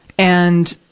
and,